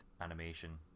animation